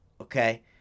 Okay